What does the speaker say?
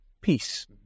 peace